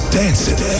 dancing